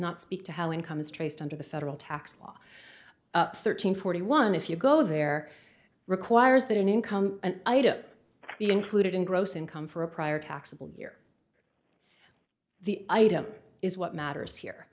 not speak to how income is traced under the federal tax law thirteen forty one if you go there requires that an income an item be included in gross income for a prior taxable year the item is what matters here